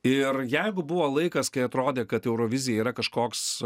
ir jeigu buvo laikas kai atrodė kad eurovizija yra kažkoks